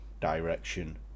Direction